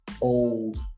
old